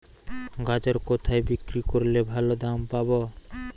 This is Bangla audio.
গাজর কোথায় বিক্রি করলে ভালো দাম পাব?